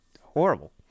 horrible